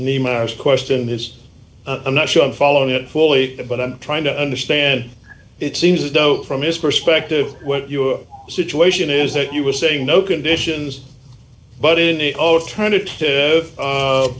ask question is i'm not sure i'm following it fully but i'm trying to understand it seems as though from his perspective what your situation is that you are saying no conditions but in the alternative